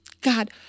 God